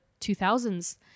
2000s